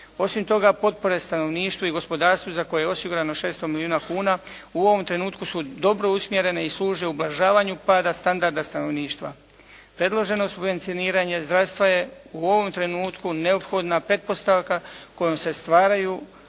Osim toga, potpore stanovništvu i gospodarstvu za koje je osigurano 600 milijuna kuna u ovom trenutku su dobro usmjerene i služe ublažavanju pada standarda stanovništva. Predloženo subvencioniranje zdravstva je u ovom trenutku neophodna pretpostavka kojom se stvaraju